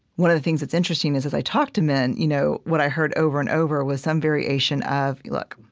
one of the things that's interesting is as i talk to men, you know what i heard over and over was some variation of, look,